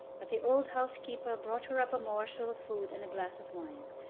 but the old housekeeper brought her up a morsel of food and a glass of wine,